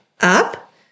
up